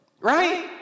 Right